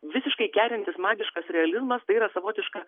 visiškai kerintis magiškas realizmas tai yra savotiška